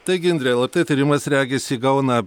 taigi indre lrt tyrimas regis įgauna